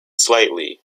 slightly